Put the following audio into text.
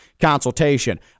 consultation